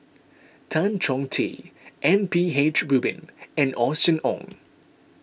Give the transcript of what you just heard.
Tan Chong Tee M P H Rubin and Austen Ong